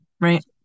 right